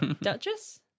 Duchess